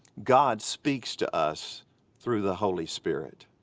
god speaks to us through the holy spirit.